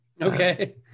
okay